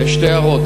שתי הערות.